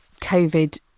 COVID